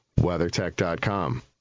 WeatherTech.com